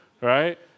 right